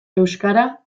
euskara